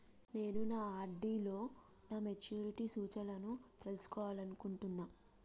నేను నా ఆర్.డి లో నా మెచ్యూరిటీ సూచనలను తెలుసుకోవాలనుకుంటున్నా